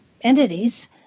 entities